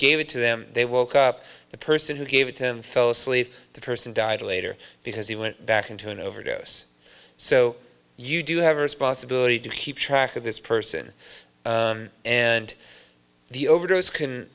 gave it to them they woke up the person who gave him fell asleep the person died later because he went back into an overdose so you do have a responsibility to keep track of this person and the overdose